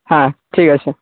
হ্যাঁ ঠিক আছে